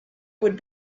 would